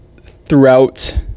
throughout